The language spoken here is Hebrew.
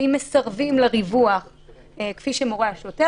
ואם מסרבים לריווח כפי שמורה השוטר,